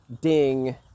Ding